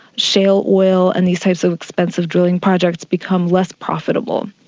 shale oil and these types of expensive drilling projects become less profitable,